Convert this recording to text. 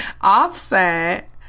Offset